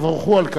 ותבורכו על כך.